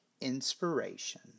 inspiration